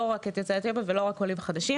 לא רק את יוצאי אתיופיה ולא רק עולים חדשים.